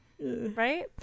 right